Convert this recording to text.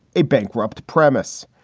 a bankrupt premise.